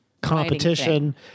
competition